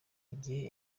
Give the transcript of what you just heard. igihe